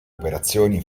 operazioni